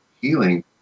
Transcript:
healing